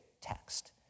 text